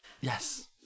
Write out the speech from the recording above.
Yes